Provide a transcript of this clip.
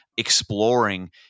exploring